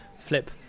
Flip